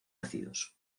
ácidos